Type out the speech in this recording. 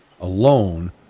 alone